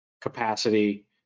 capacity